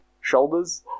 shoulders